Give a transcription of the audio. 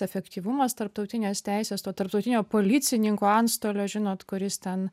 efektyvumas tarptautinės teisės to tarptautinio policininko antstolio žinot kuris ten